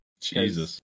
jesus